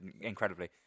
incredibly